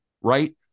right